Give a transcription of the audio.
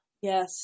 Yes